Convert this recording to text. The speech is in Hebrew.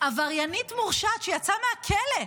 עבריינית מורשעת שיצאה מהכלא,